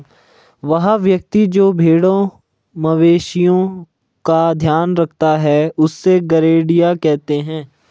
वह व्यक्ति जो भेड़ों मवेशिओं का ध्यान रखता है उससे गरेड़िया कहते हैं